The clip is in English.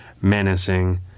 menacing